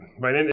right